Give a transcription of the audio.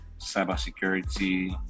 cybersecurity